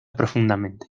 profundamente